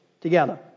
together